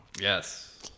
Yes